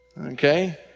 Okay